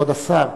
כבוד השר,